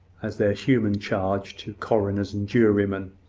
as their human charge to coroners and jurymen.